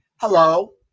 Hello